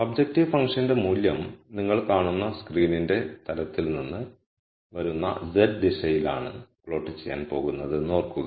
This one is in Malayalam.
ഒബ്ജക്റ്റീവ് ഫംഗ്ഷന്റെ മൂല്യം നിങ്ങൾ കാണുന്ന സ്ക്രീനിന്റെ തലത്തിൽ നിന്ന് വരുന്ന z ദിശയിലാണ് പ്ലോട്ട് ചെയ്യാൻ പോകുന്നത് എന്ന് ഓർക്കുക